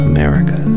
America